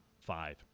five